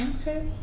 Okay